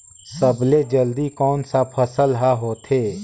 सबले जल्दी कोन सा फसल ह होथे?